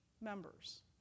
members